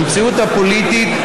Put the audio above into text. במציאות הפוליטית,